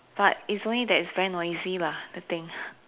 but is only that is very noisy lah the thing